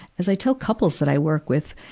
as i tell couples that i work with,